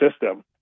system